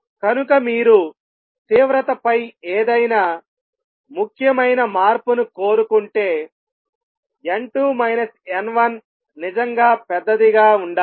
కనుక మీరు తీవ్రతపై ఏదైనా ముఖ్యమైన మార్పును కోరుకుంటే నిజంగా పెద్దదిగా ఉండాలి